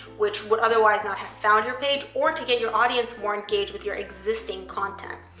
which would otherwise not have found your page, or to get your audience more engaged with your existing content.